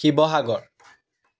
Sivasagar